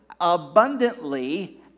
abundantly